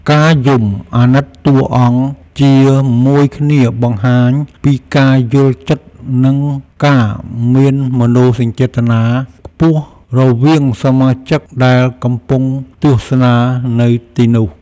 ការយំអាណិតតួអង្គជាមួយគ្នាបង្ហាញពីការយល់ចិត្តនិងការមានមនោសញ្ចេតនាខ្ពស់រវាងសមាជិកដែលកំពុងទស្សនានៅទីនោះ។